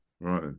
Right